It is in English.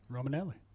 Romanelli